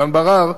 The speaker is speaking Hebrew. הדן בערר,